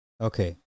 Okay